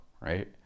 right